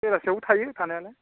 बेलासियावबो थायो थानायालाय